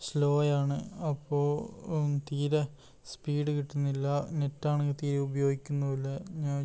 slow ആണ് അപ്പോൾ തീരെ സ്പീഡ് കിട്ടുന്നില്ല നെറ്റ് ആണെങ്കിൽ തീരെ ഉപയോഗിക്കുന്നുമില്ല ഞാൻ